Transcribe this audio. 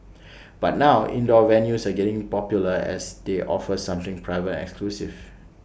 but now indoor venues are getting popular as they offer something private exclusive